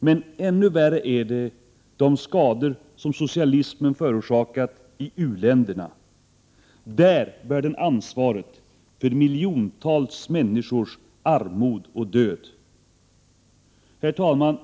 Men ännu värre är de skador socialismen förorsakat i uländerna. Där bär den ansvaret för miljontals människors armod och död. Herr talman!